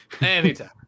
Anytime